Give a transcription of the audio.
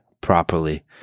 properly